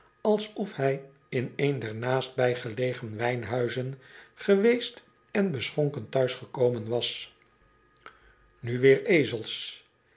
alsof hij in een der naastbn gelegen wijnhuizen geweest en beschonken thuis gekomen was nu weer ezels